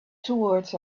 towards